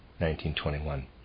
1921